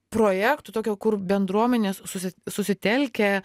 projektų tokio kur bendruomenės susi susitelkę